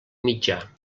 mitjà